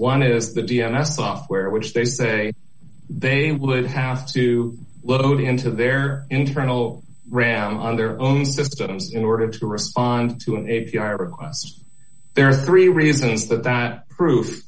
one is the d m s software which they say they would have to load into their internal ram on their own systems in order to respond to an a v r request there are three reasons that that proof